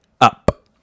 up